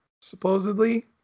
supposedly